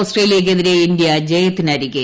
ഓസ്ട്രേലിയയ്ക്കെതിരെ India ജയത്തിനരികെ